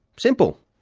simple.